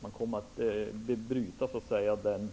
Man kommer att bryta den fina malmen